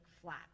flat